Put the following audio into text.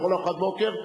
לאכול ארוחת בוקר,